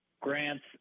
Grants